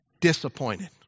disappointed